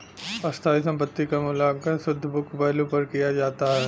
स्थायी संपत्ति क मूल्यांकन शुद्ध बुक वैल्यू पर किया जाता है